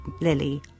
Lily